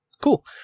cool